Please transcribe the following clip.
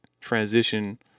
transition